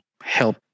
help